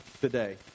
today